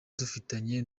dufitanye